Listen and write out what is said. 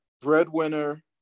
breadwinner